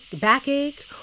backache